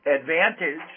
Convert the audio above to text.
advantage